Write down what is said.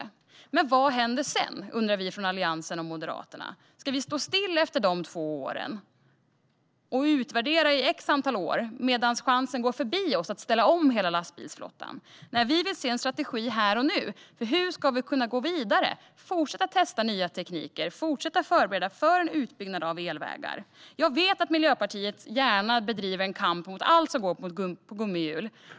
Men vad händer sedan, undrar vi i Alliansen och Moderaterna. Ska vi stå stilla efter de två åren och utvärdera det hela i ett antal år medan chansen att ställa om hela lastbilsflottan går förbi oss? Vi vill se en strategi här och nu för hur vi ska kunna gå vidare och fortsätta testa ny teknik och förbereda för en utbyggnad av elvägar. Jag vet att Miljöpartiet gärna bedriver kamp mot allt som går på gummihjul.